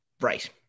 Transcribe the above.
Right